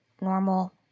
normal